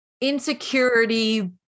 insecurity